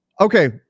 Okay